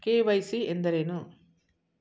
KYC ಎಂದರೇನು?